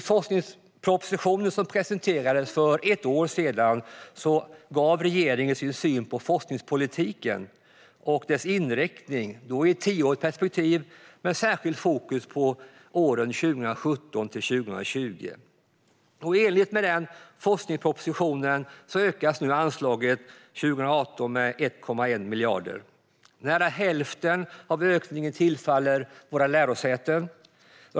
I forskningspropositionen som presenterades för ett år sedan gav regeringen sin syn på forskningspolitikens inriktning i ett tioårigt perspektiv med särskilt fokus på åren 2017-2020. I enlighet med forskningspropositionen ökas anslaget med 1,1 miljarder under 2018. Nära hälften av ökningen tillfaller våra lärosäten.